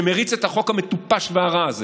שמריץ את החוק המטופש והרע הזה,